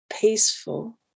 peaceful